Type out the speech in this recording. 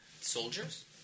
soldiers